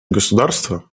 государство